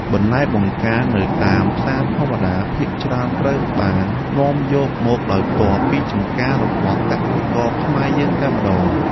បន្លែបង្ការនៅតាមផ្សារធម្មតាភាគច្រើនត្រូវបាននាំយកមកដោយផ្ទាល់ពីចម្ការរបស់កសិករខ្មែរយើងតែម្ដង។